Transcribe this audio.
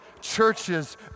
churches